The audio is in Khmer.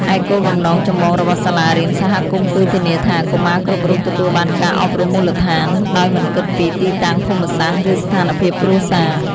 ឯគោលបំណងចម្បងរបស់សាលារៀនសហគមន៍គឺធានាថា កុមារគ្រប់រូបទទួលបានការអប់រំមូលដ្ឋាន ដោយមិនគិតពីទីតាំងភូមិសាស្ត្រ ឬស្ថានភាពគ្រួសារ។